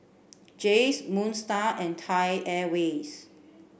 Jays Moon Star and Thai Airways